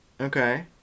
Okay